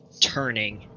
turning